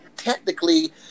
Technically